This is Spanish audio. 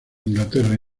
inglaterra